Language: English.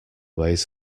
ways